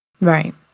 Right